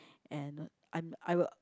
and I'm I will